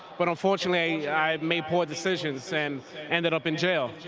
but unfortunately i made poor decisions and ended up in jail